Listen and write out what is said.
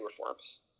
reforms